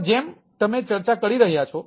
તો જેમ તમે ચર્ચા કરી રહ્યા છો